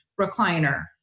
recliner